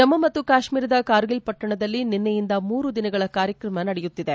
ಜಮ್ನು ಮತ್ತು ಕಾಶ್ಮೀರದ ಕಾರ್ಗಿಲ್ ಪಟ್ಟಣದಲ್ಲಿ ನಿನ್ನೆಯಿಂದ ಮೂರು ದಿನಗಳ ಕಾರ್ಯಕ್ರಮ ನಡೆಯುತ್ತಿದೆ